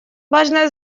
важное